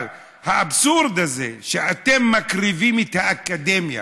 אבל האבסורד זה שאתם מקריבים את האקדמיה